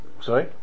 Sorry